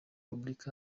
repubulika